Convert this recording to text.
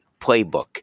playbook